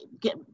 get